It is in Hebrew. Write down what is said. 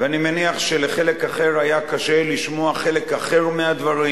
ואני מניח שלחלק אחר היה קשה לשמוע חלק אחר מהדברים,